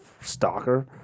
stalker